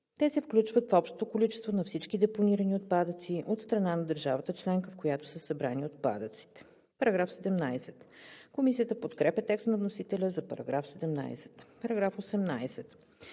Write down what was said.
те се включват в общото количество на всички депонирани отпадъци от страна на държавата членка, в която са събрани отпадъците.“ Комисията подкрепя текста на вносителя за § 17. Комисията